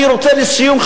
לסיום,